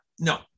No